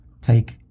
take